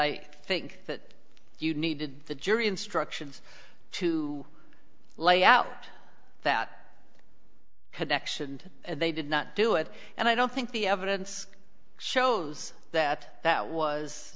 i think that you needed the jury instructions to lay out that connection and they did not do it and i don't think the evidence shows that that was